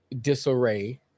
disarray